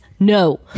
No